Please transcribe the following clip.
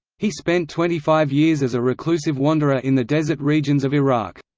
he spent twenty-five years as a reclusive wanderer in the desert regions of iraq.